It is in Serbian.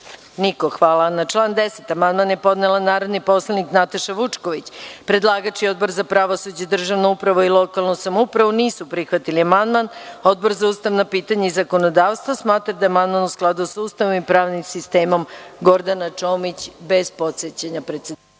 (Niko.)Na član 10. amandman je podnela narodni poslanik Nataša Vučković. Predlagač i Odbor za pravosuđe, državnu upravu i lokalnu samoupravu nisu prihvatili amandman. Odbor za ustavna pitanja i zakonodavstvo smatra da je amandman u skladu sa Ustavom i pravnim sistemom. Gordana Čomić, bez podsećanja predsedavajućeg.